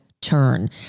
turn